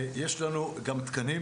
יש לנו גם תקנים,